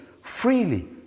Freely